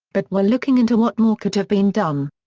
but were looking into what more could have been done.